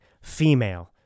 female